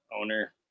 owner